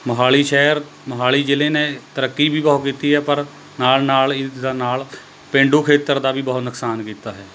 ਮੋਹਾਲੀ ਸ਼ਹਿਰ ਮੋਹਾਲੀ ਜ਼ਿਲ੍ਹੇ ਨੇ ਤਰੱਕੀ ਵੀ ਬਹੁਤ ਕੀਤੀ ਹੈ ਪਰ ਨਾਲ ਨਾਲ ਇਸ ਦੇ ਨਾਲ ਪੇਂਡੂ ਖੇਤਰ ਦਾ ਵੀ ਬਹੁਤ ਨੁਕਸਾਨ ਕੀਤਾ ਹੈ